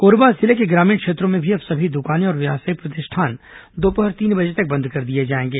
कोरबा जिले के ग्रामीण क्षेत्रों में भी अब सभी दुकानें और व्यावसायिक प्रतिष्ठान दोपहर तीन बजे बंद कर दिए जाएंगे